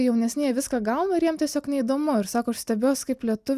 jaunesni jie viską gauna ir jiem tiesiog neįdomu ir sako aš stebiuosi kaip lietuviai